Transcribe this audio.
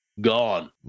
gone